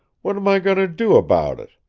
what'm i going to do about it?